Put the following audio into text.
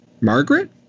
Margaret